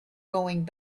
going